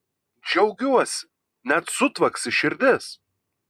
džiaugiuosi net sutvaksi širdis